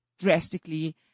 drastically